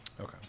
Okay